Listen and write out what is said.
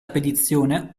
spedizione